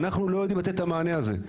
ואנחנו לא יודעים לתת את המענה הזה.